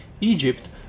Egypt